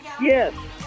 Yes